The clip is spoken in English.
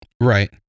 Right